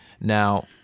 Now –